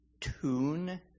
tune